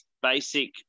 basic